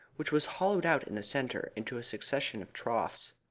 which was hollowed out in the centre into a succession of troughs.